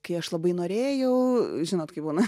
kai aš labai norėjau žinot kai būna